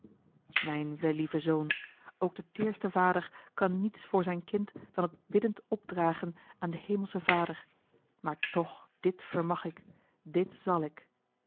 mijn wellieve zoon ook de teêrste vader kan niets voor a l g bosboom-toussaint de delftsche wonderdokter eel zijn kind dan het biddend opdragen aan den hemelschen vader maar toch dit vermag ik dit zal ik